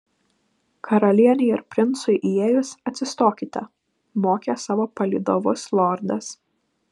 karalienei ir princui įėjus atsistokite mokė savo palydovus lordas